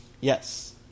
Yes